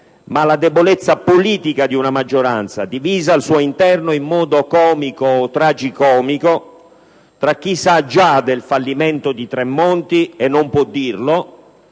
ma la debolezza politica di una maggioranza divisa al suo interno, in modo comico o tragicomico, tra chi sa già del fallimento del ministro Tremonti ma non può dirlo,